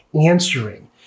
answering